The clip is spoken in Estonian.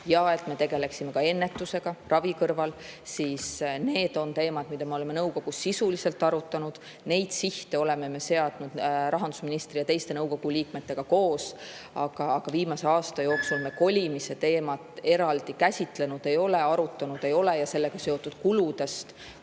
ja et tegeletaks ravi kõrval ka ennetusega. Need ongi teemad, mida me oleme nõukogus sisuliselt arutanud. Neid sihte oleme seadnud rahandusministri ja teiste nõukogu liikmetega koos. Aga viimase aasta jooksul me kolimise teemat eraldi käsitlenud ei ole, arutanud ei ole ja sellega seotud kuludest,